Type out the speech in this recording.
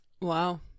Wow